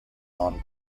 non